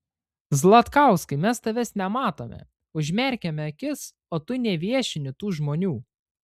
zlatkauskai mes tavęs nematome užmerkiame akis o tu neviešini tų žmonių